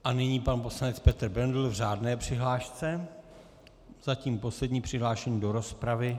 A nyní pan poslanec Petr Bendl v řádné přihlášce, zatím poslední přihlášený do rozpravy.